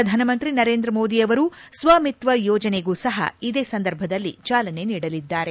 ಪ್ರಧಾನಮಂತ್ರಿ ನರೇಂದ್ರ ಮೋದಿ ಅವರು ಸ್ವಮಿತ್ವ ಯೋಜನೆಗೂ ಸಹ ಇದೇ ಸಂದರ್ಭದಲ್ಲಿ ಚಾಲನೆ ನೀಡಲಿದ್ದಾರೆ